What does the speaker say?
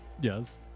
Yes